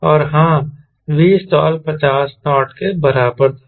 और हां Vstall 50 knot के बराबर था